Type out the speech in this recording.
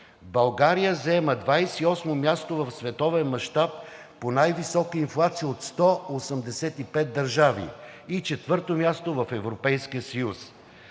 България заема 28-о място в световен мащаб по най-висока инфлация от 185 държави и четвърто място в Европейския съюз.